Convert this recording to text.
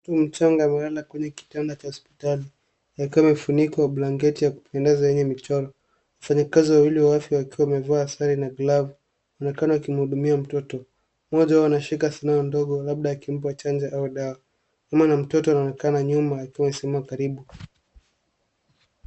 Mtoto mchanga amelala katika kitanda cha hospitali akiwa amefunikwa akiwa amefunikwa blanketi ya kupendeza yenye michoro. Wafanyakazi wawili wa afya wakiwa wamevaa sare na galavu wanaonekana wakimhudumia mtoto. Mmoja anashika sindano ndogo, labda akimpa chanjo au dawa. Mama ya mtoto anaonekana nyuma akiwa amesimama karibu.